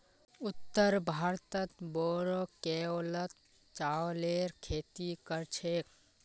उत्तर भारतत बोरो लेवलत चावलेर खेती कर छेक